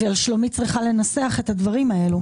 ושלומית צריכה לנסח את הדברים האלה?